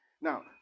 Now